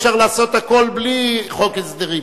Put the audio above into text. אפשר לעשות הכול בלי חוק הסדרים.